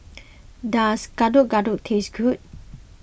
does Gado Gado taste good